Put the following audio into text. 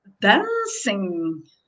dancing